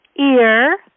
ear